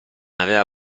aveva